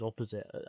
opposite